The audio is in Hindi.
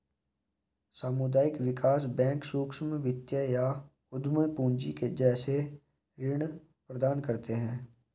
सामुदायिक विकास बैंक सूक्ष्म वित्त या उद्धम पूँजी जैसे ऋण प्रदान करते है